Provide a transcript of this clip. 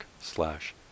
slash